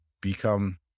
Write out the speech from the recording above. become